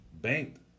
Banked